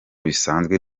bisanzwe